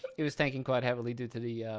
it was tanking quite heavily due to the